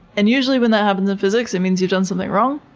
and usually when that happens in physics it means you've done something wrong.